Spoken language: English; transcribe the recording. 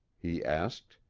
he asked.